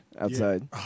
outside